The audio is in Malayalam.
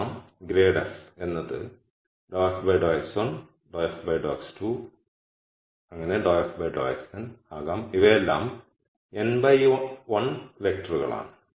കാരണം ഗ്രേഡ് f എന്നത് ∂f ∂x1 ∂f ∂x2 ∂f ∂xn ആകും ഇവയെല്ലാം n ബൈ 1 വെക്ടറുകളാണ്